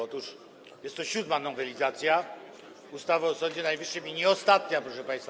Otóż jest to siódma nowelizacja ustawy o Sądzie Najwyższym i nie ostatnia, proszę państwa.